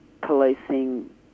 policing